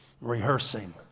rehearsing